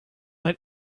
let